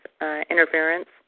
interference